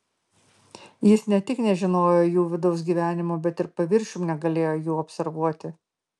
jis ne tik nežinojo jų vidaus gyvenimo bet ir paviršium negalėjo jų observuoti